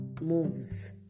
moves